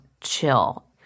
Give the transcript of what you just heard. chill